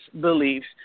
beliefs